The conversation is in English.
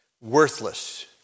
worthless